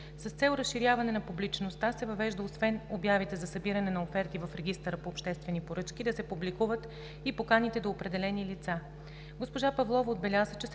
С цел разширяване на публичността се въвежда освен обявите за събиране на оферти в Регистъра по обществени поръчки да се публикуват и поканите до определени лица.